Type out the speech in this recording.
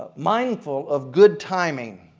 mindful of good timing.